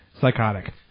Psychotic